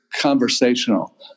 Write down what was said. conversational